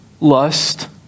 Lust